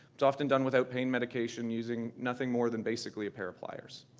it's often done without pain medication, using nothing more than basically a pair of pliers.